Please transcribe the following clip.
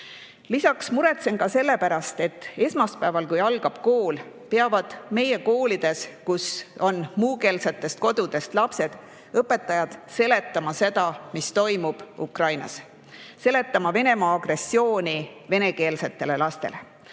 muretsen selle pärast, et esmaspäeval, kui algab kool, peavad meie koolides, kus õpivad muukeelsetest kodudest pärit lapsed, õpetajad seletama seda, mis toimub Ukrainas, peavad seletama Venemaa agressiooni venekeelsetele lastele.